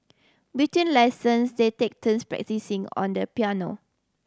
between lessons they take turns practising on the piano